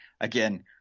again